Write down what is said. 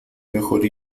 mejor